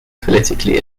politically